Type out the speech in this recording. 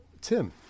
tim